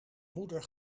moeder